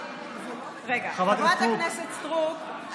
חברת הכנסת סטרוק,